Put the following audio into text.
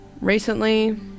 Recently